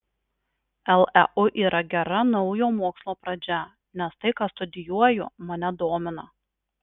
leu yra gera naujo mokslo pradžia nes tai ką studijuoju mane domina